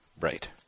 Right